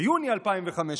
ביוני 2015,